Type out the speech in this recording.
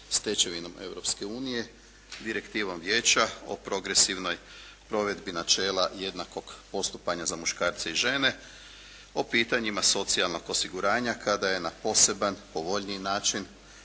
unije, Direktivom Vijeća o progresivnoj provedbi načela jednakog postupanja za muškarce i žene, o pitanjima socijalnog osiguranja kada je na poseban povoljniji način